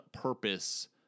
purpose